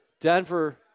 Denver